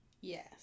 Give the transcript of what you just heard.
yes